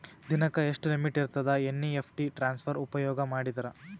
ದಿನಕ್ಕ ಎಷ್ಟ ಲಿಮಿಟ್ ಇರತದ ಎನ್.ಇ.ಎಫ್.ಟಿ ಟ್ರಾನ್ಸಫರ್ ಉಪಯೋಗ ಮಾಡಿದರ?